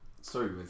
sorry